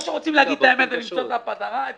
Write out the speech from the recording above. או שרוצים להגיד את האמת ולמצוא את הפתרון,